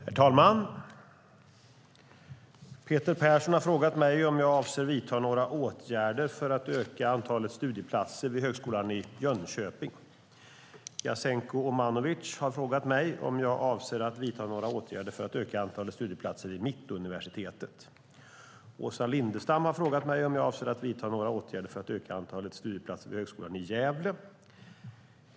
Herr talman! Peter Persson har frågat mig om jag avser att vidta några åtgärder för att öka antalet studieplatser vid Högskolan i Jönköping. Jasenko Omanovic har frågat mig om jag avser att vidta några åtgärder för att öka antalet studieplatser vid Mittuniversitetet. Åsa Lindestam har frågat mig om jag avser att vidta några åtgärder för att öka antalet studieplatser vid Högskolan i Gävle.